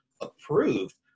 approved